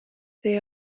they